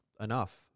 enough